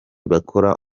bakora